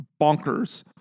bonkers